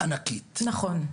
ענקית --- נכון.